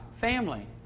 family